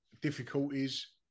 difficulties